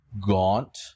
gaunt